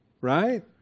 right